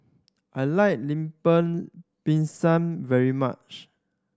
I like Lemper Pisang very much